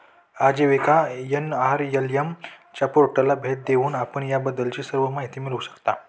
आजीविका एन.आर.एल.एम च्या पोर्टलला भेट देऊन आपण याबद्दलची सर्व माहिती मिळवू शकता